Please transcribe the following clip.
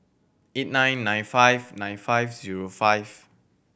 eight nine nine five nine five zero five